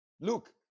look